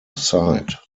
site